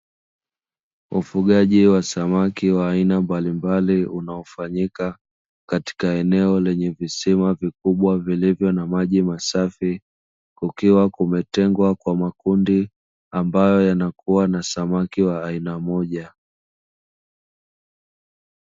Ufugaji wa samaki wa aina mbalimbali unaofanyika katika eneo lenye visima vikubwa vilivyo na maji masafi, kukiwa kumetengwa kwa makundu ambayo yanakuwa na samaki wa aina moja.